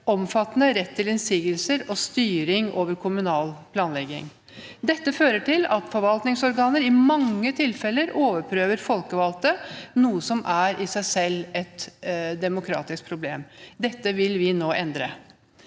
omfattende rett til innsigelser og styring over kommunal planlegging. Dette fører til at forvaltningsorganer i mange tilfeller overprøver folkevalgte, noe som i seg selv er et demokratisk problem. Dette vil vi nå endre.